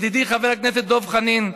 ידידי חבר הכנסת דב חנין,